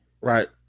right